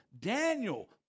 Daniel